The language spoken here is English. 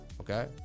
okay